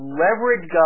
leverage